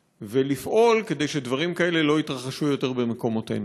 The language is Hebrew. ולפעול כדי שדברים כאלה לא יתרחשו עוד במקומותינו.